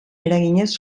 eraginez